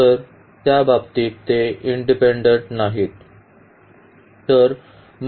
तर त्या बाबतीत ते इंडिपेन्डेन्ट नाहीत